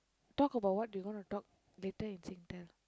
talk about what you gonna talk later in Singtel